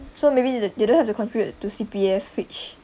so maybe they don't have to contribute to C_P_F which